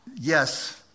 Yes